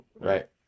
Right